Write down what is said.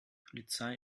polizei